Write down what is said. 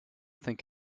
think